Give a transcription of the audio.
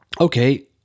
okay